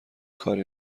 کاری